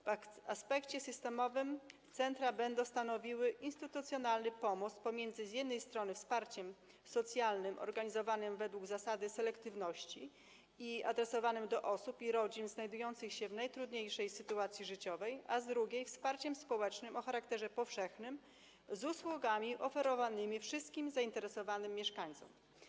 W aspekcie systemowym centra będą stanowiły instytucjonalny pomost pomiędzy z jednej strony wsparciem socjalnym organizowanym według zasady selektywności i adresowanym do osób i rodzin znajdujących się w najtrudniejszej sytuacji życiowej, a z drugiej - wsparciem społecznym o charakterze powszechnym z usługami oferowanymi wszystkim zainteresowanym mieszkańcom.